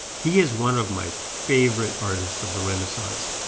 he is one of my favorite artists of the renaissance,